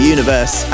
Universe